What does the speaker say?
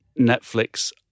Netflix